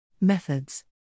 Methods